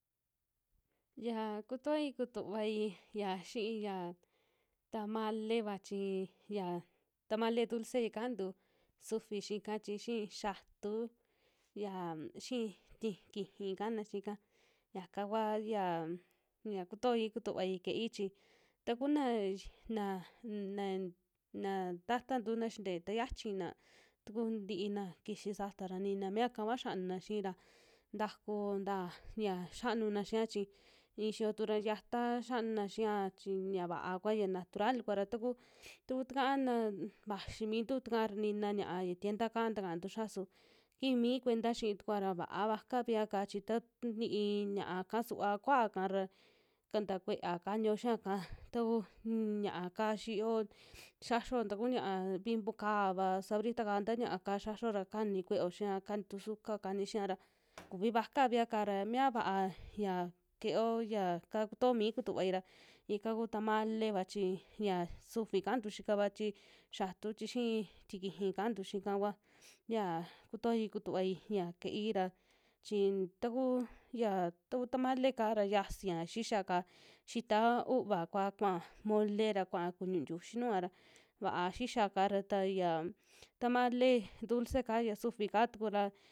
Xia kutoi kutuvai ya xiiya tamale'va, chi ya tamale dulce ya kaantu sufi xii'ka chi xii xiatu, yam xii ti'kiji kaana xiika yaka kua yaa, ya kutoi kutuvai keei chi takunaa nax, na, na tatantu na xintee ta xiachi na tuku tiina kixi saata'ra nina miaka kua xianuna xii ra, ntakunta xia xanuna xia chi i'i yiyotu ra yataa xianuna xiiya chi ña'a vaa kua ya natural kua'ra taku, tau takaa na vaximintu takaa ra nina ña'a ya tienda'ka takantu xia su kii mi kueta xii tukua ra vaa kuakuavia'ka chi ta ni'i ña'aka suva kuaaka ra ka nta kue'eva kaniyo xiiya'ka, tauu ñiaaka xiiyo, xiaxio taku ñia'a bimbo'kava, sabrita'ka nta ñia'a xiaxio ra kani kue'eo xiña, kani tu sukao kani xiia ra, kuvi vakaika ra mia va'a ya ke'eo ya kaa kutoomi kutuvai ra ika kuu tamale'va chi xia sufi kaantu xikava, chi xiantu chi xii tikiji kantu xiika kua, ya kutoi kutuvai ña keei ra chin taku, ya kaku tamale'ka ra xiasia xixia'ka xitaa uva kua kua'a mole ra kuaa kuñu ntiuyi nujua ra va'a xixia'ka ra taya, tamale dulce'ka ya sufi kaa tuku ra.